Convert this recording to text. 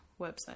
website